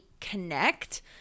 connect